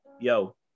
Yo